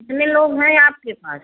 कितने लोग हैं आपके पास